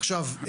עכשיו,